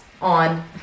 on